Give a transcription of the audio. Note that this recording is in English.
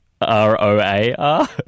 R-O-A-R